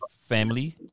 Family